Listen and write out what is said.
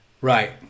right